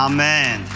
Amen